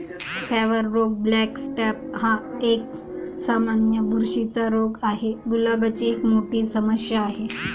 flower रोग black spot हा एक, सामान्य बुरशीचा रोग आहे, गुलाबाची एक मोठी समस्या आहे